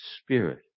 spirit